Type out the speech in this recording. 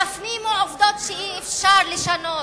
תפנימו עובדות שאי-אפשר לשנות: